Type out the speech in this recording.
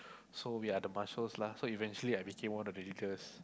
so we are the marshals lah so eventually I became one of the leaders